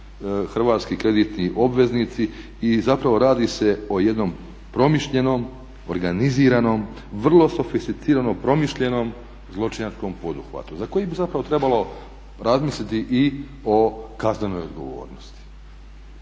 hrvatski kreditni obveznici i zapravo radi se o jednom promišljenom, organiziranom, vrlo sofisticiranom, promišljenom zločinačkom poduhvatu za koji bi zapravo trebalo razmisliti i o kaznenoj odgovornosti